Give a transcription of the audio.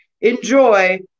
enjoy